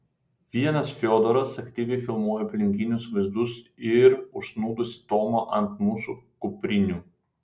vienas fiodoras aktyviai filmuoja aplinkinius vaizdus ir užsnūdusį tomą ant mūsų kuprinių